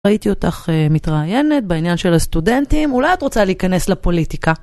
ראיתי אותך מתראיינת בעניין של הסטודנטים, אולי את רוצה להיכנס לפוליטיקה.